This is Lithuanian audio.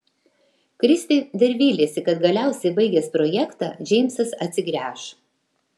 kristė dar vylėsi kad galiausiai baigęs projektą džeimsas atsigręš